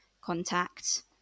contact